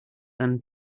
than